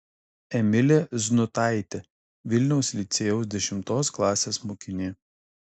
emilė znutaitė vilniaus licėjaus dešimtos klasės mokinė